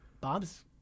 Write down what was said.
Bob's